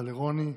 תודה לרוני.